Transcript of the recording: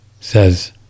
says